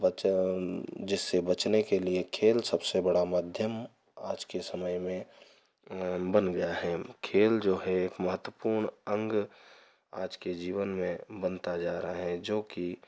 बचान जिससे बचने के लिए खेल सबसे बड़ा माध्यम आज के समय में बन गया है खेल जो है एक महत्वपूर्ण अंग आज के जीवन में बनता जा रहा है जो कि